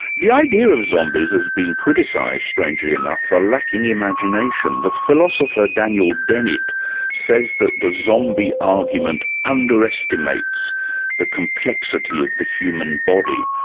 the idea of zombies is being criticised, strangely enough, for lacking imagination. the philosopher daniel dennett says that the zombie argument underestimates the complexity of the human body.